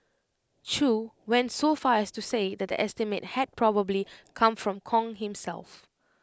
chew went so far as to say that the estimate had probably come from Kong himself